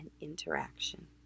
interaction